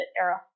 era